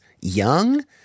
young